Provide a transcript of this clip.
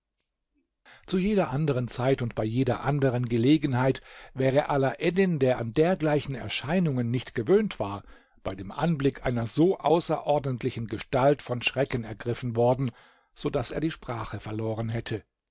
zu jeder anderen zeit und bei jeder anderen gelegenheit wäre alaeddin der an dergleichen erscheinungen nicht gewöhnt war bei dem anblick einer so außerordentlichen gestalt von schrecken ergriffen worden so daß er die sprache verloren hätte